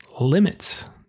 limits